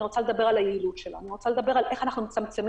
אני רוצה לדבר על היעילות ועל איך אנחנו מצמצמים